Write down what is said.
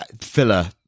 filler